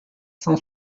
cent